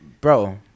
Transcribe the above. Bro